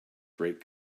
great